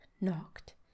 knocked